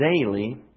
daily